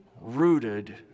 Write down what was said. rooted